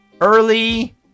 early